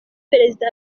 perezida